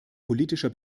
politische